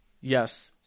Yes